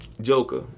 Joker